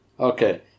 Okay